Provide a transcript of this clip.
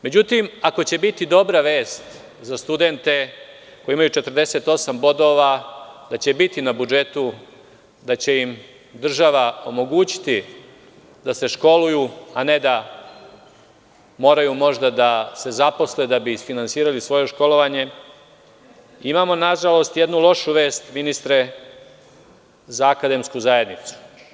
Međutim, ako će biti dobra vest za studente koji imaju 48 bodova da će biti na budžetu, da će im država omogućiti da se školuju, a ne da moraju da se zaposle kako bi isfinansirali svoje školovanje, imamo nažalost jednu lošu vest, ministre, za akademsku zajednicu.